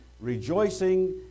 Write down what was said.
rejoicing